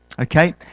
okay